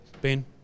Ben